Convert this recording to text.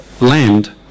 land